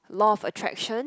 law of attraction